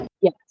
yes